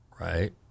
right